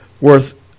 worth